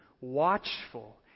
watchful